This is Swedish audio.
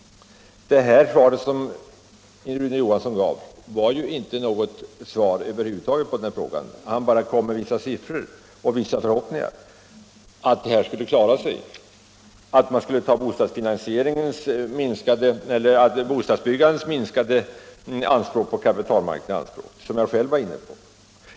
Det svar som Rune Johansson gav var inte något svar över huvud taget på den frågan — han bara anförde vissa siffror och förhoppningar om att detta skulle ordna sig bl.a. genom bostadsbyggandets minskade anspråk på kapitalmarknaden, vilket jag själv var inne på.